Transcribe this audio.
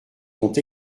sont